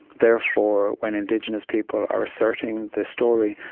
therefore, when indigenous people are asserting the story,